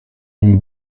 une